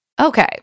Okay